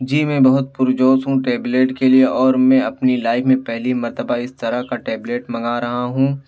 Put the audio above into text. جی میں بہت پرجوش ہو ٹیبلیٹ کے لیے اور میں اپنی لائف میں پہلی مرتبہ اس طرح کا ٹیبلیٹ منگا رہا ہوں